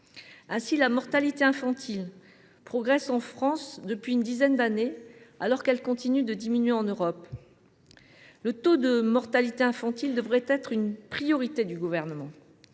Ainsi, la mortalité infantile progresse en France depuis une dizaine d’années, alors qu’elle continue de diminuer en Europe. Ce taux devrait être une priorité du Gouvernement.